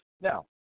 Now